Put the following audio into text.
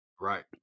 Right